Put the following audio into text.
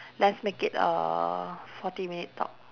let's make it a forty minute talk